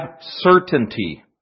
certainty